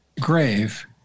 grave